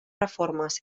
reformes